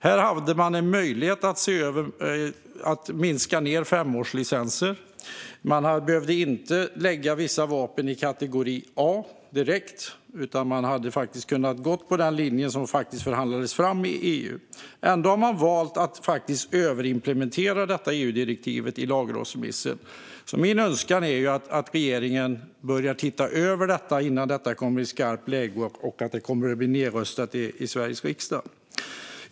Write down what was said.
Här hade man en möjlighet att minska femårslicenser. Man hade inte behövt lägga vissa vapen i kategori A direkt, utan man hade kunnat gå på den linje som förhandlades fram i EU. Ändå har man valt att överimplementera detta EU-direktiv i lagrådsremissen. Min önskan är att regeringen börjar se över detta innan det hamnar i skarpt läge och blir nedröstat i Sveriges riksdag.